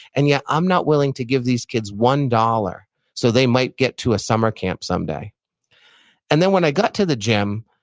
and yet, i'm not willing to give these kids one dollars so they might get to a summer camp someday and then when i got to the gym,